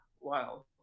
Wow